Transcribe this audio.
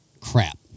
crap